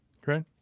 Great